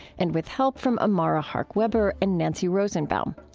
and with help from amara hark-webber and nancy rosenbaum.